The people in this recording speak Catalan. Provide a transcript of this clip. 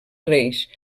reis